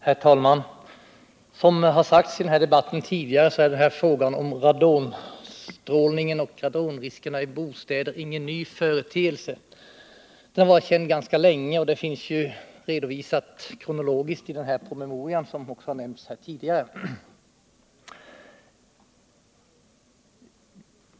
Herr talman! Som det sagts i den här debatten tidigare är frågan om tens strålskyddsradonstrålningen och radonriskerna i bostäder ingen ny företeelse. Den har varit känd ganska länge, och det finns redovisat kronologiskt i den promemoria som också nämnts tidigare.